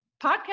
podcast